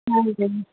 ਹਾਂਜੀ